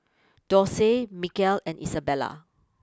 Dorsey Mikel and Isabela